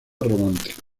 romántico